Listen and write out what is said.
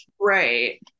Right